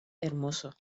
hermoso